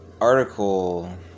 article